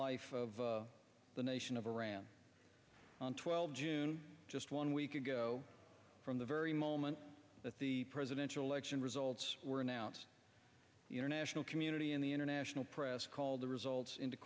life of the nation of iran on twelve june just one week ago from the very moment that the presidential election results were announced the international community and the international press called the results in